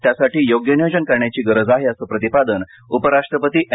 त्यासाठी योग्य नियोजन करण्याची गरज आहे अस प्रतिपादन उपराष्ट्रपती एम